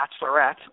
Bachelorette